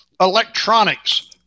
Electronics